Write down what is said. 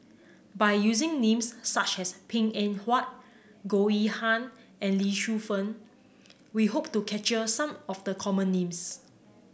by using names such as Png Eng Huat Goh Yihan and Lee Shu Fen we hope to capture some of the common names